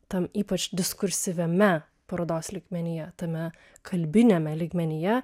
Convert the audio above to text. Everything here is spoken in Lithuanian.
tam ypač diskursyviame parodos lygmenyje tame kalbiniame lygmenyje